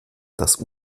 das